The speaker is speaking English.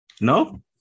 No